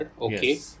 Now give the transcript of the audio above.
okay